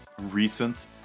recent